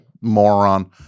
moron